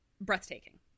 breathtaking